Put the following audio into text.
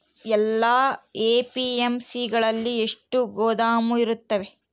ಎಲ್ಲಾ ಎ.ಪಿ.ಎಮ್.ಸಿ ಗಳಲ್ಲಿ ಎಷ್ಟು ಗೋದಾಮು ಇರುತ್ತವೆ?